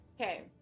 Okay